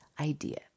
idea